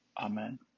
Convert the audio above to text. Amen